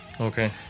Okay